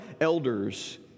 elders